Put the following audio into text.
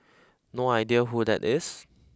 no idea who that is